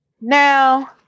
Now